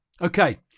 Okay